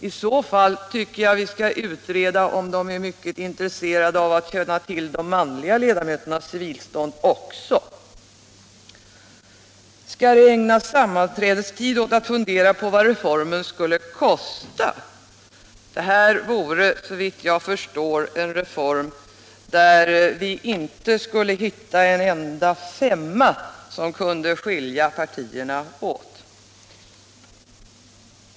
I så fall tycker jag vi skall utreda om de är lika mycket intresserade av att känna till de manliga ledamöternas civilstånd också. Skall det ägnas sammanträdestid åt att fundera på vad reformen skulle kosta? Det här vore, såvitt jag förstår, en reform där vi inte skulle hitta en enda femma som kunde skilja partierna åt.